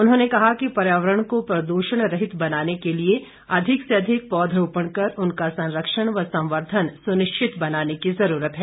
उन्होंने कहा कि पर्यावरण को प्रदूषण रहित बनाने के लिए अधिक से अधिक पौधरोपण कर उनका संरक्षण व संवर्द्वन सुनिश्चित बनाने की जरूरत है